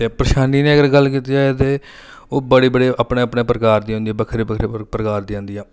ते परेशानी दी अगर गल्ल कीती जाए ते ओह् बड़े बड़े अपने अपने प्रकार दी होंदियां बक्खरे बक्खरे प्रकार दियां होंदियां